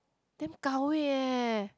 damn gao wei eh